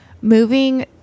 moving